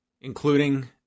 including